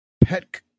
pet